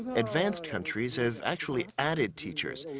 advanced countries have actually added teachers,